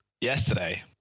yesterday